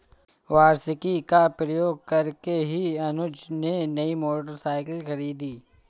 वार्षिकी का प्रयोग करके ही अनुज ने नई मोटरसाइकिल खरीदी